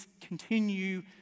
continue